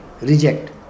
reject